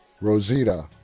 Rosita